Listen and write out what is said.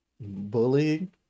Bullying